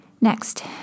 Next